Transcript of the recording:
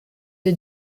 les